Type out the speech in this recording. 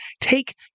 take